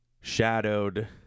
shadowed